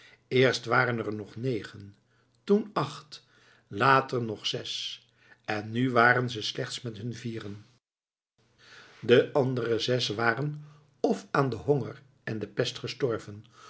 eerst waren er nog negen toen acht later nog zes en nu waren ze slechts met hun vieren de andere zes waren f aan den honger en de pest gestorven